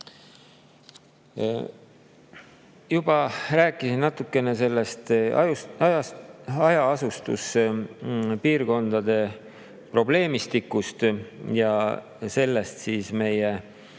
juba rääkisin natukene hajaasustuspiirkondade probleemistikust, sellest meie